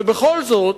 ובכל זאת,